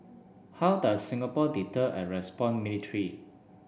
how does Singapore deter and respond militarily